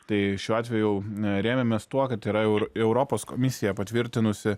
tai šiuo atveju rėmėmės tuo kad yra eur europos komisija patvirtinusi